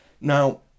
now